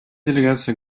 делегация